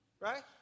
Right